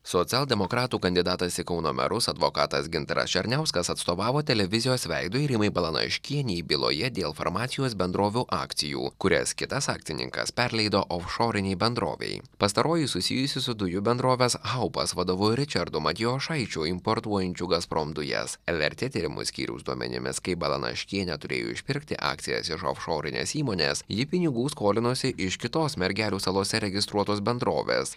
socialdemokratų kandidatas į kauno merus advokatas gintaras černiauskas atstovavo televizijos veidui rimai balanaškienei byloje dėl farmacijos bendrovių akcijų kurias kitas akcininkas perleido ofšorinei bendrovei pastaroji susijusi su dujų bendrovės haupas vadovu ričardu matijošaičiu importuojančiu gazprom dujas lrt tyrimų skyriaus duomenimis kai balanaškienė turėjo išpirkti akcijas iš ofšorinės įmonės ji pinigų skolinosi iš kitos mergelių salose registruotos bendrovės